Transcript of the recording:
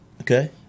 Okay